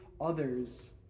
others